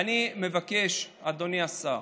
אני מבקש, אדוני השר,